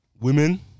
Women